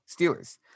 Steelers